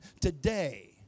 today